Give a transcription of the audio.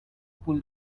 pull